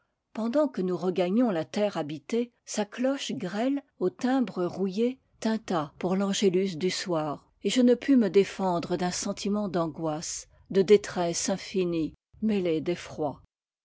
pendant que nous regagnions la terre habitée sa cloche grêle au timbre rouillé tinta pour l'angélus du soir et je ne pus me défendre d'un sentiment d'angoisse de détresse infinie mêlée d'effroi